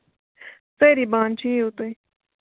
سٲری بانہٕ چھِ یِیِو تُہۍ